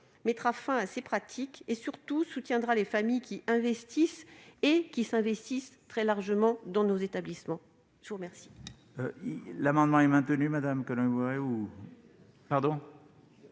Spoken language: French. mettra fin à ces pratiques et, surtout, soutiendra les familles qui investissent et s'investissent très largement dans nos établissements. Cela dit,